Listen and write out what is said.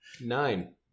Nine